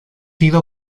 ido